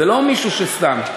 זה לא מישהו שסתם,